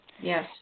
Yes